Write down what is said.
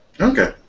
Okay